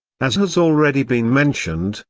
as has already been mentioned,